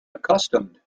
accustomed